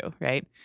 Right